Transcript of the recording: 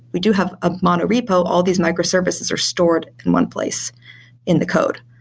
we do have a mono repo. all these microservices are stored in one place in the code,